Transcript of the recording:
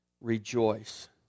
rejoice